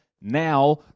now